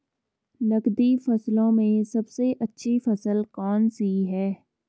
नकदी फसलों में सबसे अच्छी फसल कौन सी है?